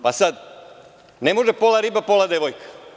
Pa sad, ne može - pola riba, pola devojka.